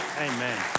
Amen